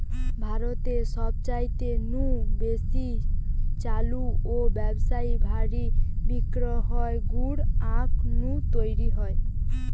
ভারতে সবচাইতে নু বেশি চালু ও ব্যাবসায়ী ভাবি বিক্রি হওয়া গুড় আখ নু তৈরি হয়